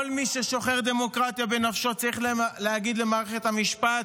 כל מי ששוחר דמוקרטיה בנפשו צריך להגיד למערכת המשפט: